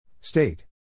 State